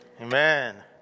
Amen